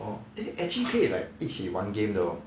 orh eh actually 可以 like 一起玩 game 的 hor